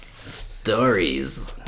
Stories